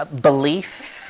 Belief